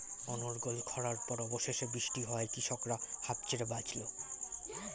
অনর্গল খড়ার পর অবশেষে বৃষ্টি হওয়ায় কৃষকরা হাঁফ ছেড়ে বাঁচল